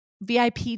VIP